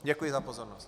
Děkuji za pozornost.